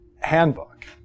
handbook